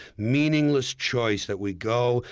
meaningless choice that we go,